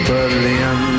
Berlin